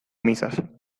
misas